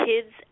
kids